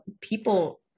people